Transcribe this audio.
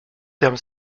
terme